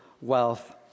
wealth